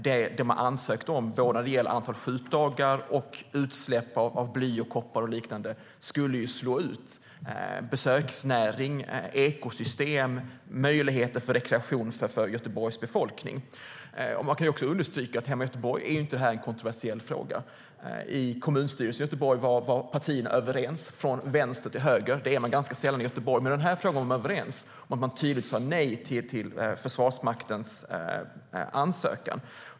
Det man har ansökt om, både när det gäller antal skjutdagar och utsläpp av bly, koppar och liknande, skulle slå ut besöksnäringen, ekosystemen och möjligheterna till rekreation för Göteborgs befolkning. Man kan understryka att detta inte är någon kontroversiell fråga i Göteborg - i kommunstyrelsen var partierna överens från vänster till höger. Det är man ganska sällan i Göteborg, men i den här frågan var man det. Man sa tydligt nej till Försvarsmaktens ansökan.